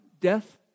death